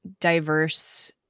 diverse